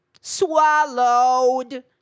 Swallowed